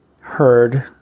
heard